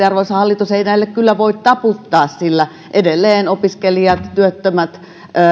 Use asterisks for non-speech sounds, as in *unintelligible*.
*unintelligible* arvoisa hallitus ei näille kyllä voi taputtaa sillä edelleen opiskelijat työttömät